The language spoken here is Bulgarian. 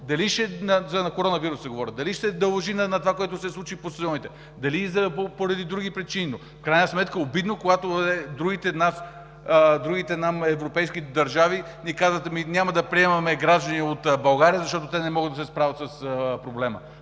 – за коронавируса говоря, дали се дължи на това, което се случи по стадионите, дали поради други причини, но в крайна сметка е обидно, когато другите европейски държави ни казват: ами няма да приемаме граждани от България, защото те не могат да се справят с проблема.